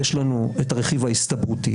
יש לנו את הרכיב ההסתברותי,